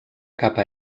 capa